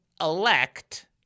elect